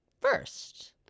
first